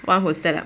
one who set up